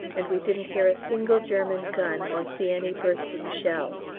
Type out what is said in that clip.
and we didn't hear a single german gun or see any bursting shells.